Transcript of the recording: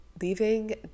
leaving